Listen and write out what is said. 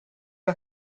più